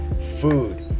Food